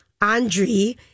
andre